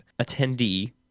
attendee